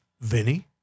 Vinny